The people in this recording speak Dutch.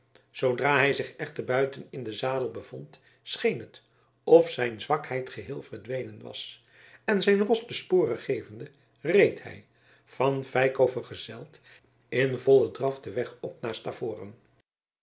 zoodra hij zich echter buiten en in den zadel bevond scheen net of zijn zwakheid geheel verdwenen was en zijn ros de sporen gevende reed hij van feiko vergezeld in vollen draf den weg op naar